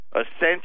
essentially